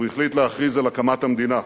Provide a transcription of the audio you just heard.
הוא החליט להכריז על הקמת המדינה.